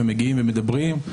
מגיעים ומדברים.